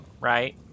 right